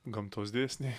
gamtos dėsniai